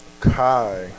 Kai